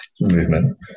movement